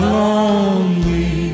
lonely